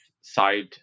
side